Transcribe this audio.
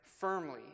firmly